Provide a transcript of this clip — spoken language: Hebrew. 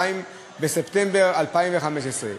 2 בספטמבר 2015,